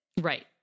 Right